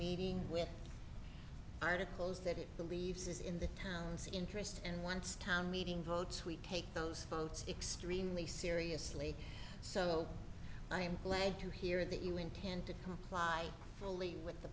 meeting with articles that it believes is in the town's interests and once town meeting votes we take those votes extremely seriously so i'm glad to hear that you intend to comply fully with the